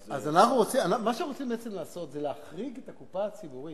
אז מה שאנחנו רוצים לעשות זה להחריג את הקופה הציבורית